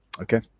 Okay